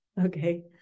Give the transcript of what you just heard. Okay